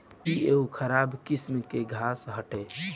इ एगो खराब किस्म के घास हटे